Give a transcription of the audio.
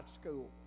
school